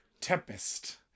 Tempest